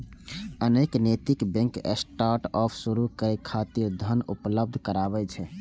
अनेक नैतिक bank startup शुरू करै खातिर धन उपलब्ध कराबै छै